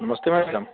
नमस्ते मैडम